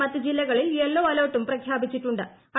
മറ്റ് ജില്ലകളിൽ യെല്ലോ അലർട്ടും പ്രഖ്യാപിച്ചിട്ടു്